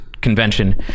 convention